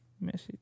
message